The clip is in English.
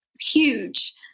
huge